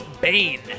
Bane